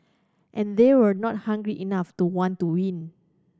and they were not hungry enough to want to win